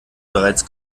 bereits